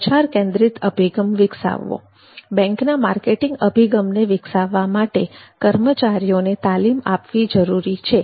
બજાર કેન્દ્રિત અભિગમ વિકસાવવો બેંકના માર્કેટિંગ અભિગમને વિકસાવવા માટે કર્મચારીઓને તાલીમ આપવી જરૂરી છે